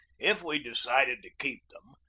if we decided to keep them,